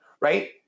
right